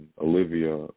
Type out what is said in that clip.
Olivia